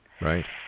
Right